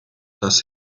dass